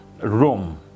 room